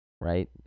right